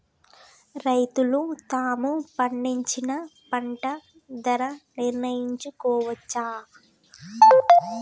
రైతులు తాము పండించిన పంట ధర నిర్ణయించుకోవచ్చా?